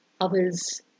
others